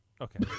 Okay